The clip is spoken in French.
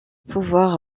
pouvoir